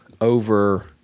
over